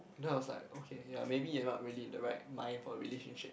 then I was like okay ya maybe you're not really in the right mind for a relationship